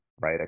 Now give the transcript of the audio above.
right